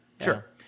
Sure